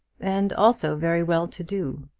and also very well to do.